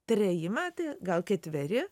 treji metai gal ketveri